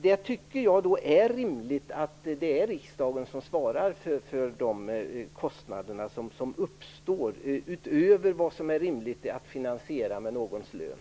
Jag tycker att det är rimligt att det är riksdagen som svarar för de kostnader som uppstår utöver vad som är rimligt att finansiera med någons lön.